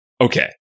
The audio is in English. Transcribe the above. Okay